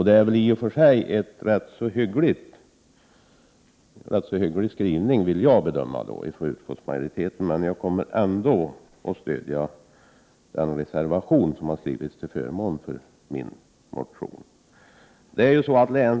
Det är i och för sig en rätt så hygglig skrivning av utskottsmajoriteten, men jag kommer ändå att stödja den reservation som har fogats till betänkandet till förmån för min motion.